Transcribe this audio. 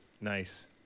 Nice